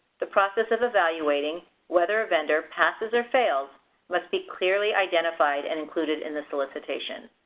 the process of evaluating whether a vendor passes or fails must be clearly identified and included in the solicitation.